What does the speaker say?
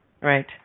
right